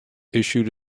issued